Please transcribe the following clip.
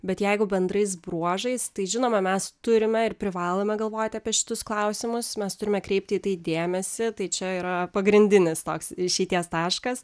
bet jeigu bendrais bruožais tai žinoma mes turime ir privalome galvoti apie šitus klausimus mes turime kreipti į tai dėmesį tai čia yra pagrindinis toks išeities taškas